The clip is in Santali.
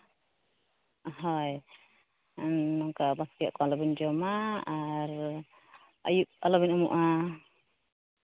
ᱦᱳᱭ ᱱᱚᱝᱠᱟ ᱵᱟᱥᱠᱮᱭᱟᱜ ᱠᱚ ᱟᱞᱚᱵᱮᱱ ᱡᱚᱢᱟ ᱟᱨ ᱟᱹᱭᱩᱵ ᱟᱞᱚᱵᱮᱱ ᱩᱢᱩᱜᱼᱟ